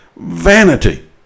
vanity